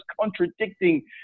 contradicting